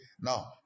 Now